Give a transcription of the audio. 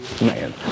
Man